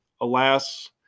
Alas